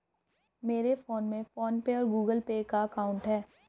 मेरे फोन में PhonePe और गूगल पे का अकाउंट है